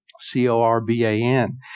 C-O-R-B-A-N